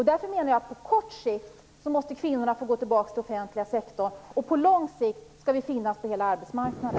Därför menar jag att kvinnorna på kort sikt måste få gå tillbaka till den offentliga sektorn. På lång sikt skall vi finnas på hela arbetsmarknaden.